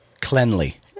cleanly